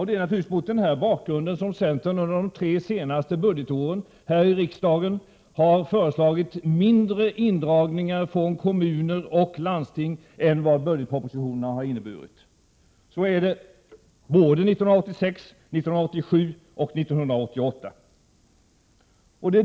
Det är naturligtvis mot denna bakgrund som centern de tre senaste 19 budgetåren här i riksdagen har föreslagit mindre indragningar från kommuner och landsting än vad som föreslagits i budgetpropositionen. Så var det 1986, 1987 och 1988.